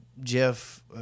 Jeff